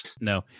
No